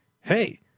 Hey